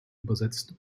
übersetzt